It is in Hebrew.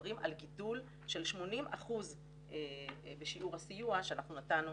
מדברים על גידול של 80% בשיעור הסיוע שאנחנו נתנו